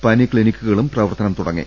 പനി ക്ലിനിക്കുകളും പ്രവർത്തനം തുടങ്ങി